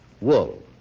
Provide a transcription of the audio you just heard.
wool